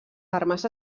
armes